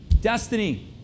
Destiny